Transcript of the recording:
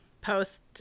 post